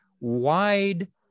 wide